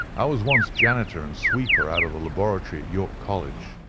i was once janitor and sweeper out of the laboratory at york college.